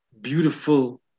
beautiful